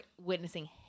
witnessing